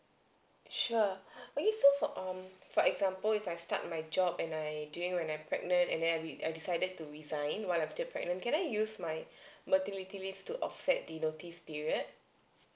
sure okay so for um for example if I start my job and I during when I'm pregnant and then I re I decided to resign while I'm still pregnant can I use my maternity leave to offset the notice period